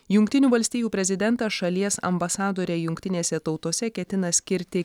jungtinių valstijų prezidentas šalies ambasadore jungtinėse tautose ketina skirti